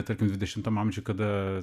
tarkim dvidešimtam amžiuj kada